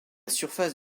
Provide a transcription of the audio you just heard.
surface